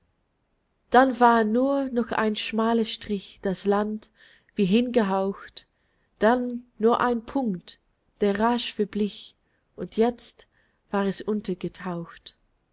dann war nur noch ein schmaler strich das land wie hingehaucht dann nur ein punkt der rasch verblich und jetzt war's untergetaucht